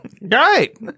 Right